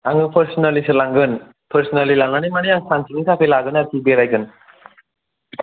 आङो पार्सानेलिसो लांगोन पार्सानेलि लांनानै मानि आं सानसेनि थाखाय लागोन आरोखि बेरायगोन